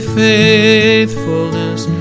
faithfulness